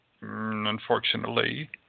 unfortunately